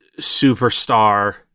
superstar